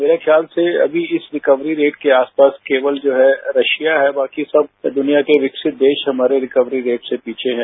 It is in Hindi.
मेरे ख्याल से अभी इस रिकवरी रेट के आसपास केवल जो है रशिया है बाकी सब दुनिया के सब विकसित देश हमारे रिकवरी रेट से पीछे हैं